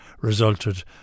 resulted